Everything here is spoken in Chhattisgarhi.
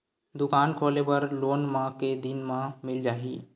दुकान खोले बर लोन मा के दिन मा मिल जाही?